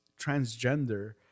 transgender